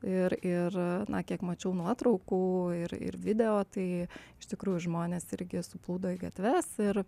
ir ir na kiek mačiau nuotraukų ir ir video tai iš tikrųjų žmonės irgi suplūdo į gatves ir